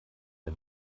wir